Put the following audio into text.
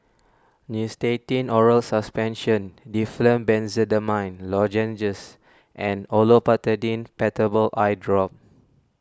Nystatin Oral Suspension Difflam Benzydamine Lozenges and Olopatadine Patanol Eyedrop